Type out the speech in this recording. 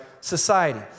society